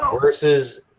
Versus